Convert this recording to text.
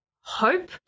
hope